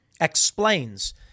explains